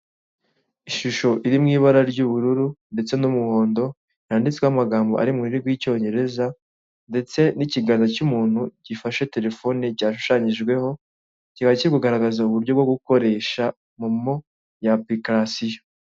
Umuhanda mwiza wa kaburimbo wubatswe mu buryo bugezweho ndetse kugenderwamo n'ibinyabiziga byinshi, harimo ama moto ndetse n'amagare ahetse abagenzi. Uyu muhanda ukaba ukikijwe n'ibiti byinshi kandi byiza ndetse inyuma y'aho hakaba haparitswe n'ibindi binyabiziga binini harimo nk'amakamyo y'umweru.